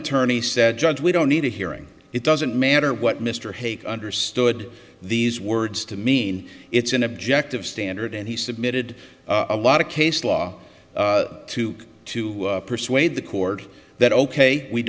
attorney said judge we don't need a hearing it doesn't matter what mr hague understood these words to mean it's an objective standard and he submitted a lot of case law to to persuade the court that ok we